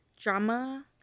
drama